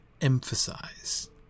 emphasize